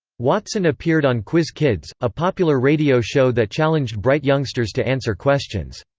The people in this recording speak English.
watson appeared on quiz kids, a popular radio show that challenged bright youngsters to answer questions.